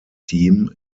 team